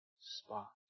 spot